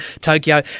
Tokyo